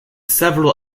several